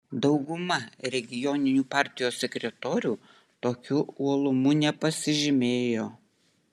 dauguma regioninių partijos sekretorių tokiu uolumu nepasižymėjo